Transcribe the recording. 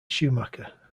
schumacher